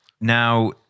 Now